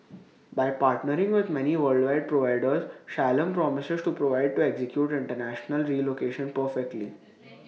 by partnering with many worldwide providers Shalom promises to provide to execute International relocation perfectly